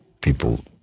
people